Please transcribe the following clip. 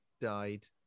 died